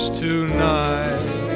tonight